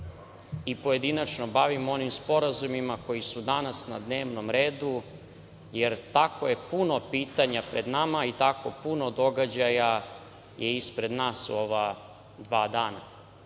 i pojedinačno bavim onim sporazumima koji su danas na dnevnom redu jer tako je puno pitanja pred nama i tako puno događa je ispred nas u ova dva